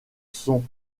sont